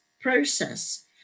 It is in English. process